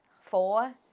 four